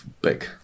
big